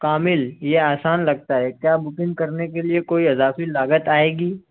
کامل یہ آسان لگتا ہے کیا بکنگ کرنے کے لیے کوئی اضافی لاگت آئے گی